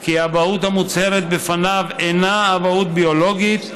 כי האבהות המוצהרת בפניו אינה אבהות ביולוגית,